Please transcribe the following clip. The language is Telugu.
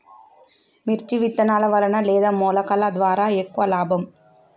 మిర్చి విత్తనాల వలన లేదా మొలకల ద్వారా ఎక్కువ లాభం?